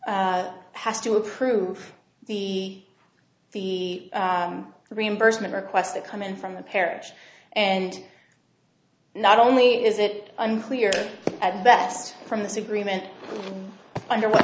s has to approve the reimbursement requests that come in from the parents and not only is it unclear at best from this agreement under what